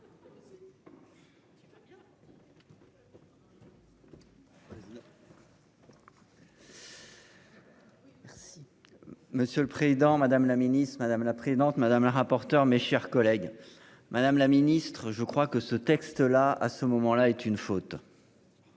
Monsieur le président, madame la ministre, madame la présidente madame la rapporteure, mes chers collègues. Madame la Ministre je crois que ce texte là à ce moment-là est une faute.